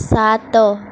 ସାତ